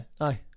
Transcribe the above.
Aye